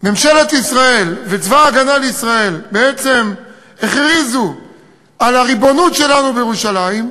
ממשלת ישראל וצבא הגנה לישראל בעצם הכריזו על הריבונות שלנו בירושלים,